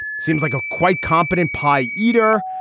seems like a quite competent pie eater.